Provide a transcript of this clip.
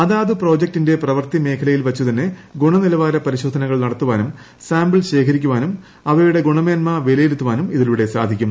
അതാതു പ്രോജക്ടിന്റെ പ്രവർത്തിമേഖലയിൽവെച്ച് തന്നെ ഗുണനിലവാര പരിശോധനകൾ നടത്തുവാനും സ്ാമ്പിൾ ശേഖരിക്കാനും അവയുടെ ഗുണ്ടമേന്മ വിലയിരുത്താനും ഇതിലൂടെ സാധിക്കും